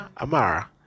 Amara